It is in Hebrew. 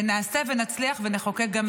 נעשה ונצליח ונחוקק גם